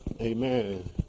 Amen